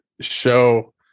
show